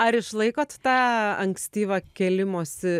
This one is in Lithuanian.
ar išlaikot tą ankstyvą kėlimosi